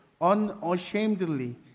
unashamedly